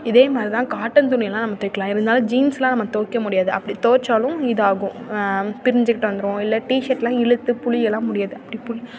இதேமாதிரிதான் cotton துணியெலாம் நம்ம துவைக்கலாம் இருந்தாலும் ஜீன்ஸெலாம் நமக்கு துவைக்க முடியாது அப்படி துவைச்சாலும் இது ஆகும் பிரிஞ்சுக்கிட்டு வந்துடும் இல்லை டிஷேர்ட்லாம் இழுத்து புழியலாம் முடியாது அப்படி புழி